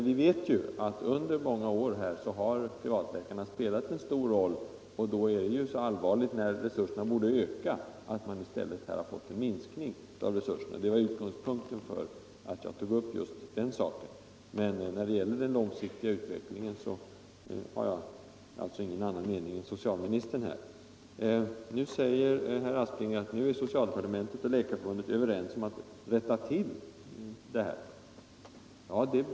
Vi vet ju att privatläkarna under många år har spelat en stor roll. Därför är det nu allvarligt, när resurserna borde ökas, att de i stället har minskats. Detta var utgångspunkten för att jag tog upp just den saken. När det gäller den långsiktiga utvecklingen har jag alltså ingen annan mening än socialministern. Herr Aspling anför att socialdepartementet och Läkarförbundet är överens om att rätta till felen och bristerna.